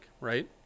right